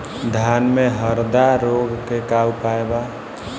धान में हरदा रोग के का उपाय बा?